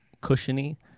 cushiony